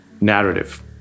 narrative